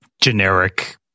generic